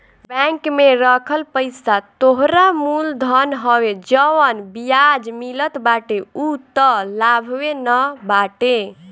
bank में रखल पईसा तोहरा मूल धन हवे जवन बियाज मिलत बाटे उ तअ लाभवे न बाटे